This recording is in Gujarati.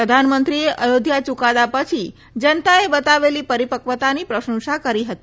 પ્રધાનમંત્રીએ અયોધ્યા યુકાદા પછી જનતાએ બતાવેલી પરિપકવતાની પ્રશંસા કરી હતી